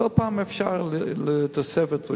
כל פעם אפשר לתסף אותו יותר.